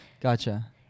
Gotcha